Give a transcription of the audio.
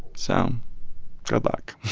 so good luck